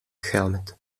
helmet